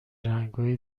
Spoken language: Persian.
رنگای